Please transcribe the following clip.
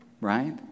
Right